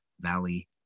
Valley